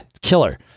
killer